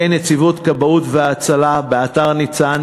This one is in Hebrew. נציבות כבאות וההצלה סקר סיכוני אש,